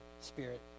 Spirit